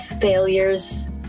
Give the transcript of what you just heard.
failures